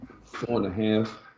Four-and-a-half